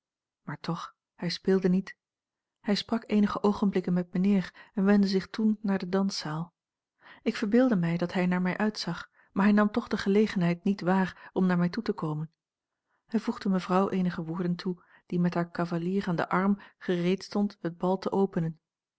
maar toch hij speelde niet hij sprak eenige oogenblikken met mijnheer en wendde zich toen naar de danszaal ik verbeeldde mij dat hij naar mij uitzag maar hij nam toch de gelegenheid niet waar om naar mij toe te komen hij voegde mevrouw eenige woorden toe die met haar cavalier aan den arm gereed stond het bal te openen